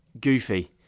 goofy